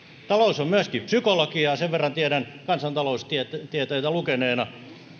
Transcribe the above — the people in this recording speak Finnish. talous on myöskin psykologiaa sen verran tiedän kansantaloustieteitä lukeneena